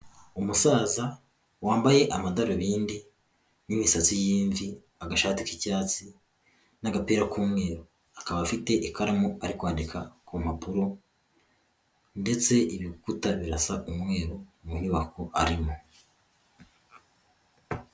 Umusaza wambaye amadarubindi n'imisatsi y'ivi ,agashati k'icyatsi n'agapira k'umweru akaba afite ikaramu ari kwandika ku mpapuro ndetse ibikuta birasa umweru mu nyubako arimo.